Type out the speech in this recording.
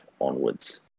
onwards